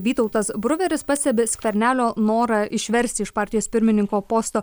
vytautas bruveris pastebi skvernelio norą išversti iš partijos pirmininko posto